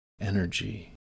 energy